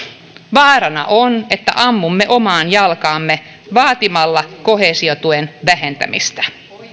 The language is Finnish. vaarana on että ammumme omaan jalkaamme vaatimalla koheesiotuen vähentämistä